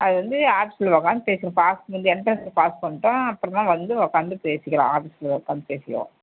அது வந்து ஆஃபீஸில் உக்காந்து பேசணும் பாஸ் வந்து எண்ட்ரன்ஸில் பாஸ் பண்ணட்டும் அப்புறமா வந்து உக்காந்து பேசிக்கலாம் ஆஃபீஸில் உக்காந்து பேசிக்குவோம்